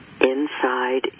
inside